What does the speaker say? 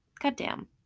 Goddamn